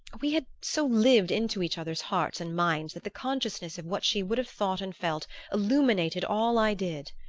we had so lived into each other's hearts and minds that the consciousness of what she would have thought and felt illuminated all i did.